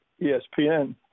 ESPN